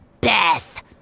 Beth